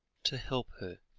to help her,